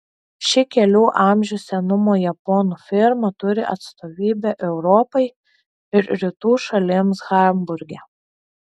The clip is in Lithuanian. ši kelių amžių senumo japonų firma turi atstovybę europai ir rytų šalims hamburge